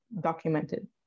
documented